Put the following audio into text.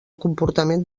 comportament